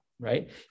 right